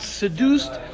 seduced